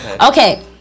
Okay